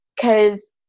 Cause